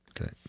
okay